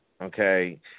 Okay